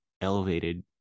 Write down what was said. elevated